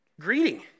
greeting